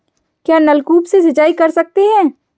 क्या नलकूप से सिंचाई कर सकते हैं?